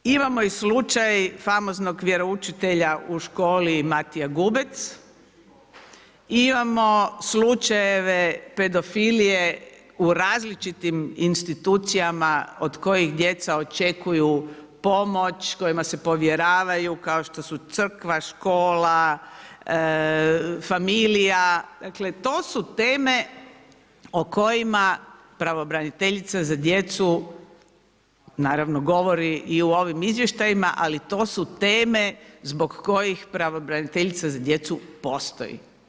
Imamo i slučaj famoznog vjeroučitelja u školi Matija Gubec i imamo slučajeve pedofilije u različitim institucijama od kojih djeca očekuju pomoć, kojima se povjeravaju kao što su crkva, škola, familija, dakle to su teme o kojima pravobraniteljica za djecu naravno govori i u ovim izvještajima ali to su teme zbog kojih pravobraniteljica za djecu postoji.